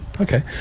Okay